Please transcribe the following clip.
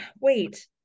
wait